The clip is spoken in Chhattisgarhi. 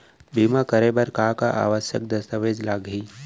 बीमा करे बर का का आवश्यक दस्तावेज लागही